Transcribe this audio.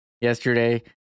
yesterday